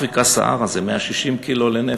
אפריקה-סהרה, זה 160 קילו לנפש,